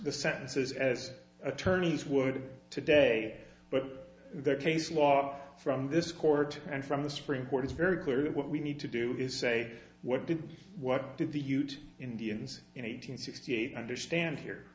the sentences as attorneys would today but the case law from this court and from the supreme court is very clear that what we need to do is say what did what did the ute indians in eight hundred sixty eight understand here